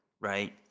right